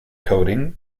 coating